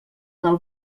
del